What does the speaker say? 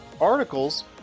articles